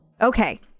Okay